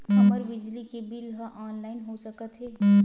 हमर बिजली के बिल ह ऑनलाइन हो सकत हे?